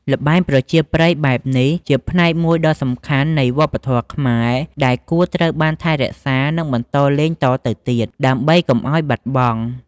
ល្បែងប្រជាប្រិយបែបនេះជាផ្នែកមួយដ៏សំខាន់នៃវប្បធម៌ខ្មែរ ដែលគួរត្រូវបានថែរក្សា និងបន្តលេងតទៅទៀត ដើម្បីកុំឲ្យបាត់បង់។